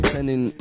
Sending